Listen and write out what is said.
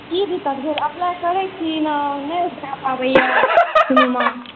की दिक्कत भेल अप्लाइ करै छी नइ भए पाबैए कोनोमे